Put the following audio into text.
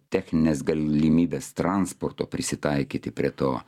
technines galimybes transporto prisitaikyti prie to